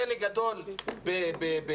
כלא גדול בעזה,